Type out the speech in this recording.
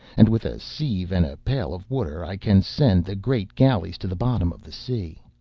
and with a sieve and a pail of water i can send the great galleys to the bottom of the sea.